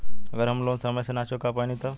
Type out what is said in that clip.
अगर हम लोन समय से ना चुका पैनी तब?